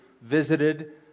visited